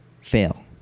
fail